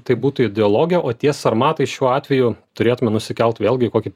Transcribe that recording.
tai būtų ideologija o tie sarmatai šiuo atveju turėtume nusikelt vėlgi į kokį